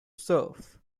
surf